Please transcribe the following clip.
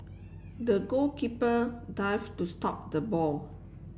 the goalkeeper dive to stop the ball